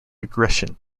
aggression